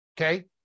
Okay